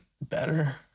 better